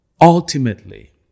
ultimately